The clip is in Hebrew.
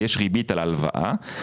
יש ריבית על ההלוואה,